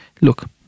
look